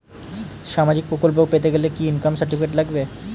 সামাজীক প্রকল্প পেতে গেলে কি ইনকাম সার্টিফিকেট লাগবে?